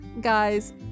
guys